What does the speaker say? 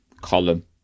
column